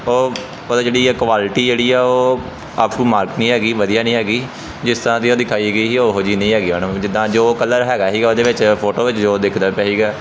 ਉਹ ਉਹ ਜਿਹੜੀ ਆ ਕੁਆਲਿਟੀ ਜਿਹੜੀ ਆ ਉਹ ਅੱਪ ਟੂ ਮਾਰਕ ਨਹੀਂ ਹੈਗੀ ਵਧੀਆ ਨਹੀਂ ਹੈਗੀ ਜਿਸ ਤਰ੍ਹਾ ਦੀ ਉਹ ਦਿਖਾਈ ਗਈ ਉਹ ਉਹੋ ਜਿਹੀ ਨਹੀਂ ਹੈਗੀ ਮੈਡਮ ਜਿੱਦਾਂ ਜੋ ਕਲਰ ਹੈਗਾ ਸੀ ਉਹਦੇ ਵਿੱਚ ਫੋਟੋ ਵਿੱਚ ਜੋ ਦਿਖਦਾ ਪਿਆ ਸੀਗਾ